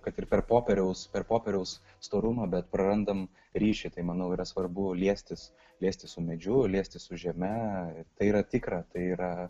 kad ir per popieriaus ir popieriaus storumą bet prarandam ryšį tai manau yra svarbu liestis liestis su medžiu liestis su žeme tai yra tikra tai yra